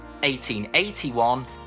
1881